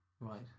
Right